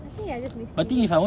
I think I just miss this